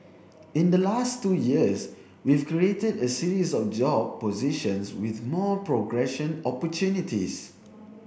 in the last two years we've created a series of job positions with more progression opportunities